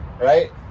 right